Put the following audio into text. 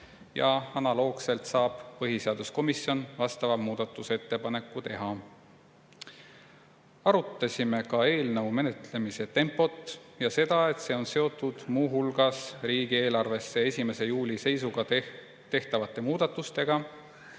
Analoogselt saab põhiseaduskomisjon vastava muudatusettepaneku teha. Arutasime ka eelnõu menetlemise tempot ja seda, et see on seotud muu hulgas riigieelarves 1. juuli seisuga tehtavate muudatustega